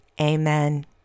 amen